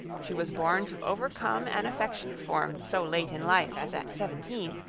she was born to overcome an affection formed so late in life as at seventeen,